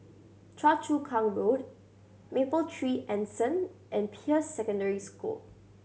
Choa Chu Kang Road Mapletree Anson and Peirce Secondary School